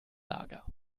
lager